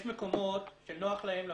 יש מקומות שנוח להם להגיד,